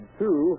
two